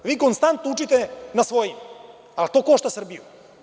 Vi konstantno učite na svojim, ali to košta Srbiju.